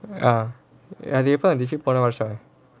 ya அது எப்போ வந்துச்சி போன வருஷம்:athu eppo vanthuchi pona varusham